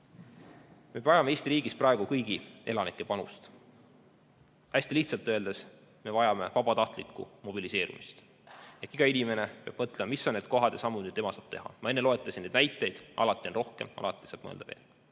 Me vajame Eesti riigis praegu kõigi elanike panust. Hästi lihtsalt öeldes, me vajame vabatahtlikku mobiliseerumist. Iga inimene peab mõtlema, mis on need sammud, mida tema saab teha. Ma enne loetlesin neid näiteid. Alati on neid rohkem, alati saab mõelda veel.